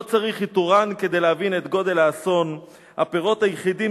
לא צריך איתוראן כדי להבין את גודל האסון/ הפירות היחידים